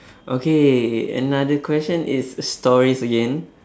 okay another question is stories again